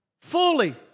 fully